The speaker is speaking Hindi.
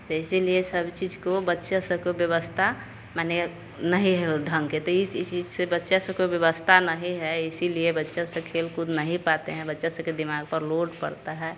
त इसलिए सब चीज को बच्चा सब को व्यवस्था मने नहीं है ढंग तो इस इस चीज से बच्चा सब का व्यवस्था नहीं है इसलिए बच्चा सब खेल कूद नहीं पाते हैं बच्चा सब के दिमाग लोड पड़ता है